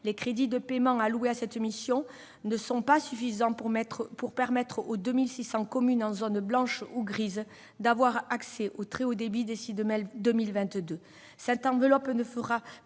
les crédits de paiement alloués à cette mission ne sont pas suffisants pour permettre aux 2 600 communes en zones blanches ou grises d'avoir accès au très haut débit d'ici à 2022. Cette enveloppe ne fera